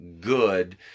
good